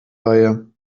reihe